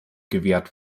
gewährt